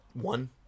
one